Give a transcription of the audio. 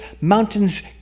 mountains